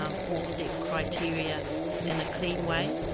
um four-step criteria in a clean way.